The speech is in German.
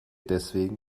deswegen